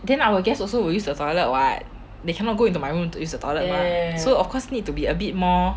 then our guest also will use the toilet [what] they cannot go into my room to use the toilet [what] so of course need to be a bit more